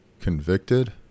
convicted